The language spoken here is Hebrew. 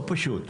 לא פשוט.